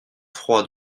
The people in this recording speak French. froid